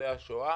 מניצולי השואה